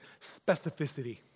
specificity